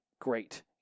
great